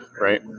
right